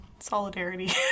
Solidarity